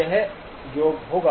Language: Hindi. यह योग होगा